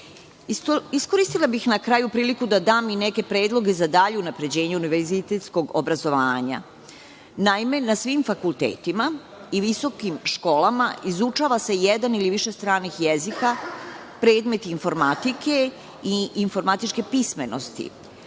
Srbije. Iskoristila bih na kraju priliku da dam i neke predloge za dalje unapređenje univerzitetskog obrazovanja. Naime, na svim fakultetima i visokim školama izučava se jedan ili više stranih jezika, predmet informatike i informatičke pismenosti.